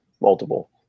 multiple